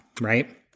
right